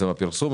הפרסום,